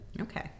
okay